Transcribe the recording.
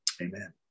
Amen